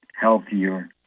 healthier